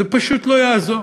זה פשוט לא יעזור.